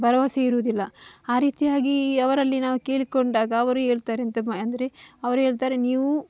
ಭರವಸೆ ಇರುವುದಿಲ್ಲ ಆ ರೀತಿಯಾಗಿ ಅವರಲ್ಲಿ ನಾವು ಕೇಳಿಕೊಂಡಾಗ ಅವರು ಹೇಳ್ತಾರೆ ಎಂಥ ಅಂದರೆ ಅವರು ಹೇಳ್ತಾರೆ ನೀವು